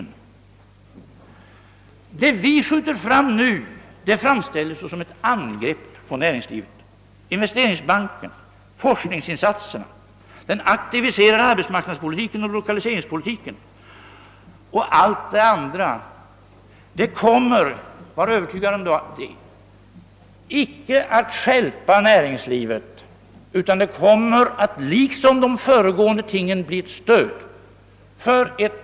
Vad vi för fram nu framställs som ett angrepp på näringslivet. Men investeringsbanken, forskningsinsatserna, den aktiviserade arbetsmarknadspolitiken och allt det andra kommer icke — var övertygade om det — att stjälpa näringslivet, utan det kommer liksom alla tidigare liknande åtgärder att utgöra ett stöd för ett.